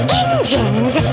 engines